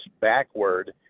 backward